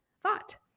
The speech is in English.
thought